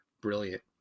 Brilliant